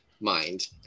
mind